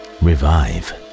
revive